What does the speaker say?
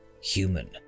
human